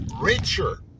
richer